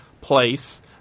place